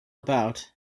about